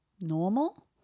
normal